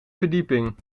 verdieping